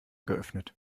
geöffnet